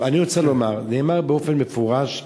אני רוצה לומר, נאמר באופן מפורש וברור,